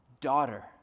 daughter